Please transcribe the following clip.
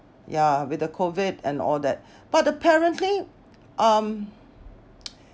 ya with the COVID and all that but apparently um